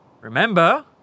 Remember